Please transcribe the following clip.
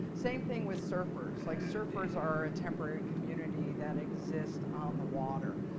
same thing with surfers. like surfers are a temporary community that exists on the water.